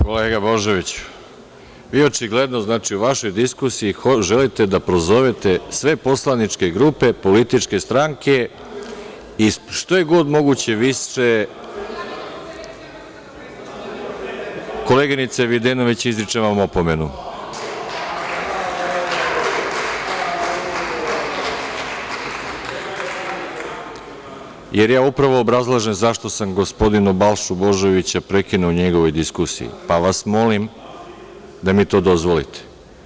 Kolega Božoviću, vi očigledno, znači u vašoj diskusiji želite da prozovete sve poslaničke grupe, političke stranke i što je god moguće više… (Balša Božović: Zašto me prekidate?) (Narodni poslanik Maja Videnović dobacuje sa mesta.) Koleginice Videnović, izričem vam opomenu, jer ja upravo obrazlažem zašto sam gospodina Balšu Božovića prekinuo u njegovoj diskusiji, pa vas molim da mi to dozvolite.